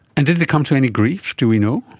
and did they come to any grief, do we know?